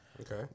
Okay